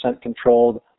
controlled